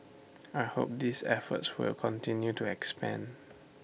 I hope these efforts will continue to expand